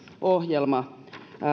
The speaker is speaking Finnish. ohjelma